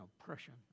oppression